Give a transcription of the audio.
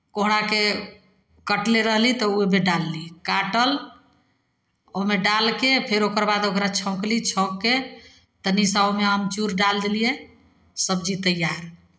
कोहराके कटने रहली तऽ ओहइमे डालली काटल ओहिमे डालि कऽ फेर ओकर बाद ओकरा छौँकली छौँक कऽ तनि सा ओहइमे अमचूर डालि देलियै सब्जी तैयार